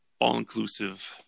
all-inclusive